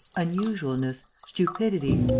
unusualness, stupidity.